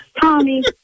Tommy